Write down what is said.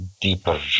deeper